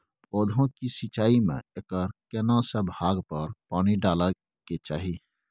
पौधों की सिंचाई में एकर केना से भाग पर पानी डालय के चाही?